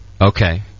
Okay